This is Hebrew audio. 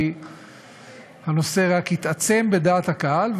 כי הנושא רק התעצם בדעת הקהל,